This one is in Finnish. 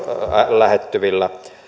lähettyvillä